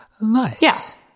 Nice